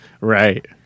right